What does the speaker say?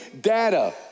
data